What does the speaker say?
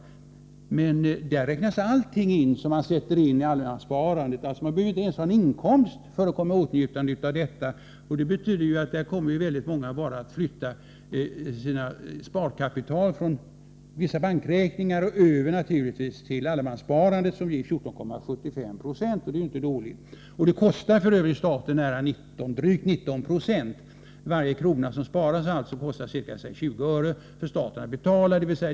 Där inräknas emellertid allting som man sätter in. Man behöver inte ens ha en inkomst för att komma i åtnjutande av de fördelar som erbjuds. Detta betyder att många människor bara kommer att flytta över sitt sparkapital från vissa bankräkningar till allemanssparandet, som ger 14,75 96 — det är ju inte dåligt. Detta sparsystem kostar f. ö. staten drygt 19 96 på de belopp som sätts in. För varje krona som sparas skall staten således betala 20 öre.